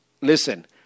Listen